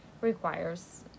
requires